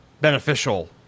beneficial